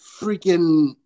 Freaking